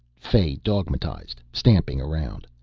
fay dogmatized, stamping around.